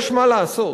יש מה לעשות.